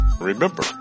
remember